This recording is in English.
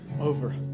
over